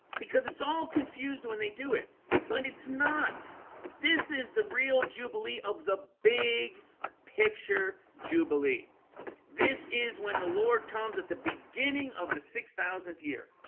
because it's all confused when they do it but it's not this is the real jubilee of the big picture jubilee this is when the lord comes at the beginning of the six thousandth year